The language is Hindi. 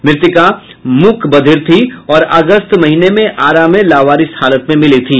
मृतका मूकबधिर थीं और अगस्त महीने में आरा में लावारिस हालत में मिली थी